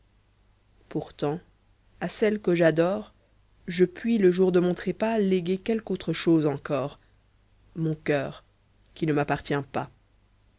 pourtant à celle que j'adore je puis le jour de mon trépas léguer quelqu'autre chose encore mon coeur qui ne m'appartient pas